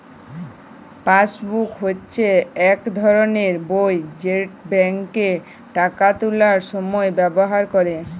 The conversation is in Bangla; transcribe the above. পাসবুক হচ্যে ইক ধরলের বই যেট ব্যাংকে টাকা তুলার সময় ব্যাভার ক্যরে